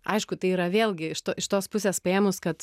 aišku tai yra vėlgi iš to iš tos pusės paėmus kad